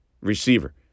receiver